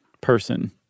person